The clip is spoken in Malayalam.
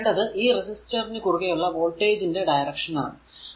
ഇനി വേണ്ടത് ഈ റെസിസ്റ്റർ നു കുറുകെ ഉള്ള വോൾടേജ് ന്റെ ഡയറക്ഷൻ ആണ്